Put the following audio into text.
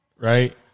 right